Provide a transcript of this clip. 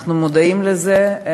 אנחנו מודעים לזה,